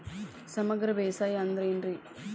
ಸಮಗ್ರ ಬೇಸಾಯ ಅಂದ್ರ ಏನ್ ರೇ?